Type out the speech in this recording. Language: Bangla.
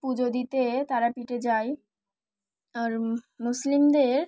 পুজো দিতে তারাপীঠে যাই আর মুসলিমদের